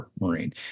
Marine